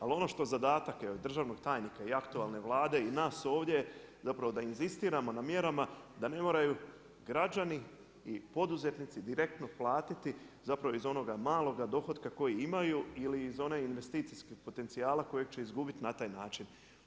Ali ono što zadatak je državnog tajnika i aktualne Vlade i nas ovdje zapravo da inzistiramo na mjerama da ne moraju građani i poduzetnici direktno platiti zapravo iz onoga maloga dohotka koji imaju ili iz onog investicijskog potencijala kojeg će izgubiti na taj način.